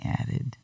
added